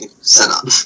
setup